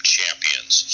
Champions